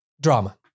Drama